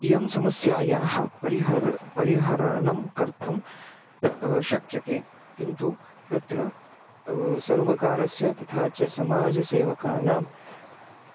इयं समस्यायाः परिहारं परिहरणं कर्तुं शक्यते किन्तु तत्र सर्वकारस्य तथा च समाजसेवकानां